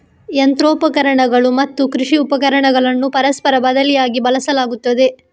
ಯಂತ್ರೋಪಕರಣಗಳು ಮತ್ತು ಕೃಷಿ ಉಪಕರಣಗಳನ್ನು ಪರಸ್ಪರ ಬದಲಿಯಾಗಿ ಬಳಸಲಾಗುತ್ತದೆ